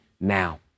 now